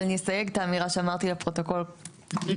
אבל אני אסייג את האמירה שאמרתי לפרוטוקול קודם,